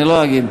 אני לא אגיד.